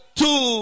two